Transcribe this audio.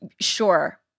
Sure